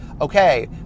okay